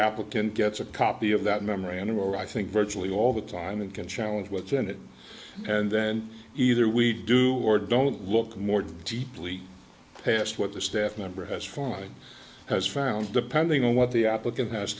applicant gets a copy of that memorandum where i think virtually all the time and can challenge what's in it and then either we do or don't look more deeply past what the staff member has formally has found depending on what the applicant has